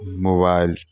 mobile